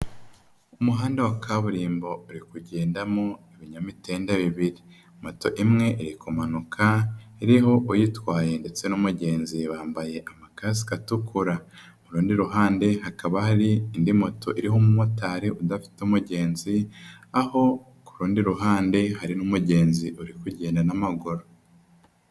Umuhanda wa kaburimbo uri kugendamo ibinyamitende bibiri. Moto imwe iri kumanuka iriho uyitwaye ndetse n'umugenzi bambaye amakasika atukura. Mu rundi ruhande hakaba hari indi moto iriho umumotari udafite umugenzi, aho ku rundi ruhande hari n'umugenzi uri kugenda n'amaguru.